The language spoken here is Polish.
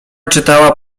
czytała